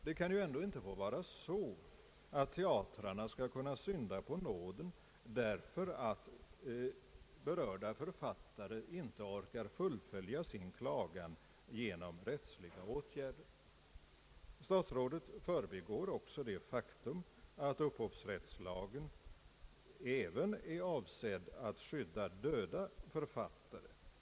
Det kan ju ändå inte bli på det sättet att teatrarna skall kunna synda på nåden därför att berörda författare inte orkar fullfölja sin klagan genom rättsliga åtgärder. Statsrådet förbigår också det faktum att upphovsrättslagen även är avsedd att skydda döda författare.